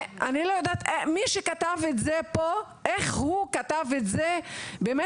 אני לא יודעת איך מי שכתב את זה פה כתב את זה במצח